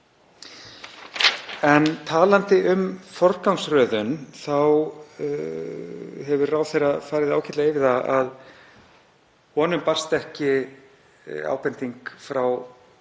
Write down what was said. En talandi um forgangsröðun þá hefur ráðherra farið ágætlega yfir að honum barst ekki ábending frá